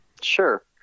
Sure